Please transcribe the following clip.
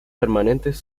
permanentes